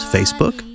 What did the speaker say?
Facebook